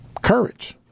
courage